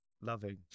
loving